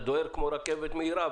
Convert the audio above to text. אתה דוהר כמו רכבת מהירה,